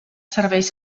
serveis